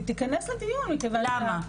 למה?